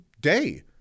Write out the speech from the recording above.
day